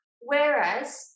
whereas